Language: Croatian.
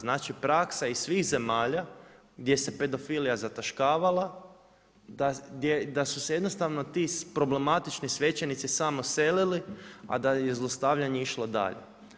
Znači praksa iz svih zemalja gdje se pedofilija zataškavala da su se ti problematični svećenici samo selili, a da je zlostavljanje išlo dalje.